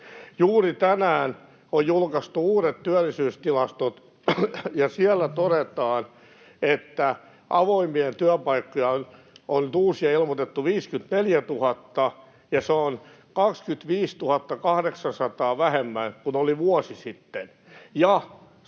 Juuri tänään on julkaistu uudet työllisyystilastot, ja siellä todetaan, että uusia avoimia työpaikkoja on nyt ilmoitettu 54 000, ja se on 25 800 vähemmän kuin oli vuosi sitten,